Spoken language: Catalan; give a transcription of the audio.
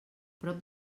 prop